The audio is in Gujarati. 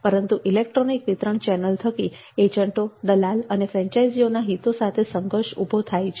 પરંતુ ઇલેક્ટ્રોનિક વિતરણ ચેનલ થકી એજન્ટો દલાલ અને ફ્રેન્ચાઇઝીઓના હિતો સાથે સંઘર્ષ ઊભો થાય છે